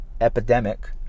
epidemic